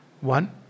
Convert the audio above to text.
one